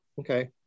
okay